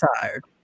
tired